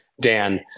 Dan